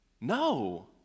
No